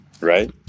right